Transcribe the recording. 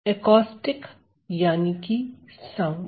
acoustic यानी कि sound